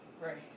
right